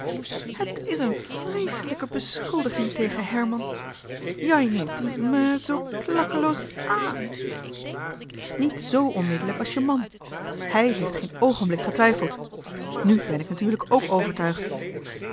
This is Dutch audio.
het is een vreeselijke beschuldiging tegen herman jij neemt die maar zoo klakkeloos ààn niet z onmiddellijk als je man hij heeft geen moment getwijfeld nu ben ik natuurlijk ook overtuigd